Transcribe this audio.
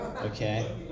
okay